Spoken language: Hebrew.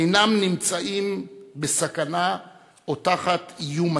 אינם נמצאים בסכנה או באיום מתמיד.